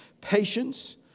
patience